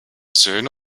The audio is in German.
söhne